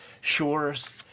shores